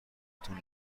تون